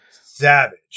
Savage